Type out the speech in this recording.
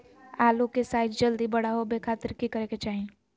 आलू के साइज जल्दी बड़ा होबे खातिर की करे के चाही?